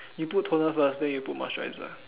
you put toner first then you put moisturizer